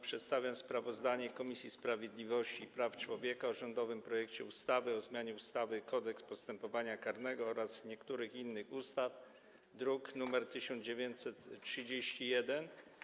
Przedstawiam sprawozdanie Komisji Sprawiedliwości i Praw Człowieka o rządowym projekcie ustawy o zmianie ustawy Kodeks postępowania karnego oraz niektórych innych ustaw, druk nr 1931.